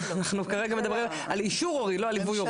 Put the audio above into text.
אנחנו מדברים כרגע על אישור הורי ולא על ליווי הורי.